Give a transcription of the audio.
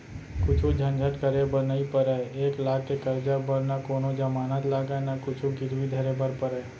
कुछु झंझट करे बर नइ परय, एक लाख के करजा बर न कोनों जमानत लागय न कुछु गिरवी धरे बर परय